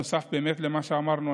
נוסף למה שאמרנו,